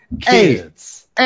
Kids